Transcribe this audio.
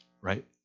Right